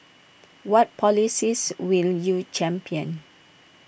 what policies will you champion